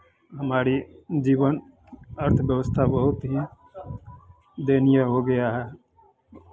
हमारी जीवन अर्थ व्यवस्था बहुत ही दयनीय हो गया है